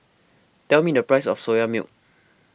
tell me the price of Soya Milk